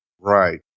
Right